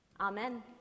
Amen